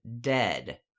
dead